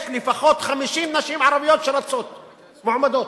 יש לפחות 50 נשים ערביות שרצות, מועמדות.